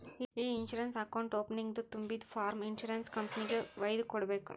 E insurance account ಓಪನಿಂಗ್ದು ತುಂಬಿದು form insurance ಕಂಪನಿಗೆಗ್ ವೈದು ಕೊಡ್ಬೇಕ್